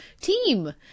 team